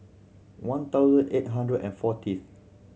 one thousand eight hundred and fortieth